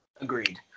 Agreed